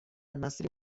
مسیری